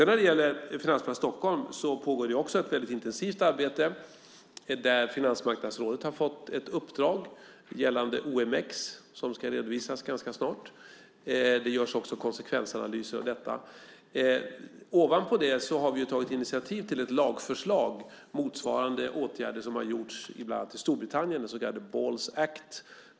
När det gäller Finansplats Stockholm pågår ett väldigt intensivt arbete, där Finansmarknadsrådet har fått ett uppdrag gällande OMX som ska redovisas ganska snart. Det görs också konsekvensanalyser av detta. Ovanpå det har vi tagit initiativ till ett lagförslag om åtgärder motsvarande de som har genomförts i bland annat Storbritannien, så kallade balls act .